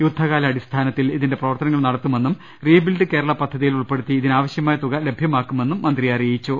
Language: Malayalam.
യുദ്ധകാല അടിസ്ഥാനത്തിൽ ഇതിന്റെ പ്രവർത്തനങ്ങൾ നടത്തുമെന്നും റീബിൾഡ് കേരള പദ്ധതിയിൽ ഉൾപ്പെടുത്തി ഇതിനാവശ്യമായ തുക ലഭ്യമാക്കുമെന്നും മന്ത്രി അറിയിച്ചു